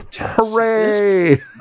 Hooray